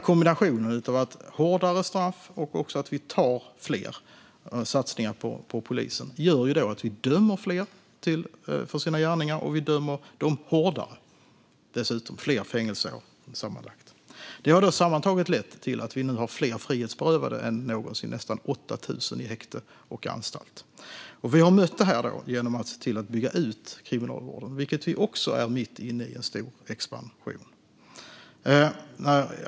Kombinationen av hårdare straff och att vi tar fler kriminella genom satsningarna på polisen leder till att vi dömer fler, och de döms hårdare. Det blir fler fängelseår sammanlagt. Sammantaget har detta lett till att vi nu har fler frihetsberövade än någonsin. Det är nästan 8 000 i häkte och på anstalt. Vi har mött detta genom att bygga ut Kriminalvården. Där är vi också mitt inne i en stor expansion.